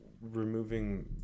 removing –